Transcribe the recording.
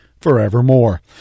forevermore